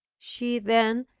she then,